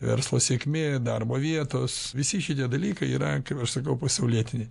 verslo sėkmė darbo vietos visi šitie dalykai yra kaip aš sakau pasaulietiniai